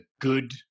good